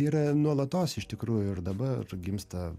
yra nuolatos iš tikrųjų ir dabar gimsta